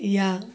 या